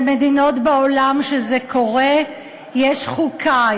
במדינות בעולם שזה קורה בהן יש חוקה,